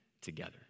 together